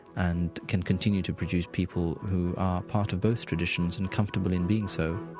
and can continue to produce people who are part of both traditions and comfortable in being so